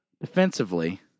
defensively